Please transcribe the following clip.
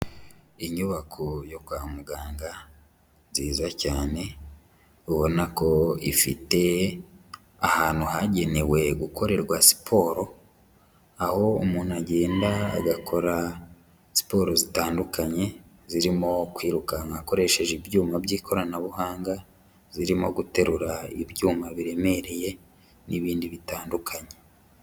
Inyubako yo kwa muganga nziza cyane, ubona ko ifite ahantu hagenewe gukorerwa siporo, aho umuntu agenda agakora siporo zitandukanye, zirimo kwirukanka akoresheje ibyuma by'ikoranabuhanga, zirimo guterura ibyuma biremereye n'ibindi bitandukanye.